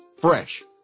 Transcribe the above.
Fresh